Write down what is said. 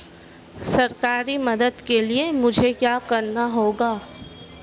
सरकारी मदद के लिए मुझे क्या करना होगा?